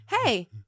hey